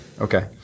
Okay